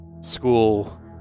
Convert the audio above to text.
School